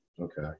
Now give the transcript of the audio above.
Okay